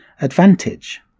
advantage